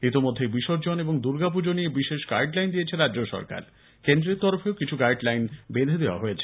ইতিমধ্যে বিসর্জন এবং দুর্গা পুজো নিয়ে বিশেষ গাইড লাইন দিয়েছে রাজ্য সরকার কেন্দ্রের তরফেও কিছু গাইড লাইন বেঁধে দেওয়া হয়েছে